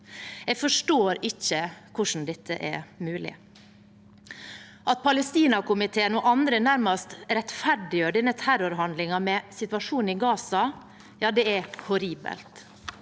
Jeg forstår ikke hvordan dette er mulig. At Palestinakomiteen og andre nærmest rettferdiggjør denne terrorhandlingen med situasjonen i Gaza, er horribelt.